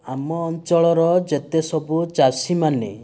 ଆମ ଅଞ୍ଚଳର ଯେତେ ସବୁ ଚାଷୀମାନେ